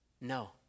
No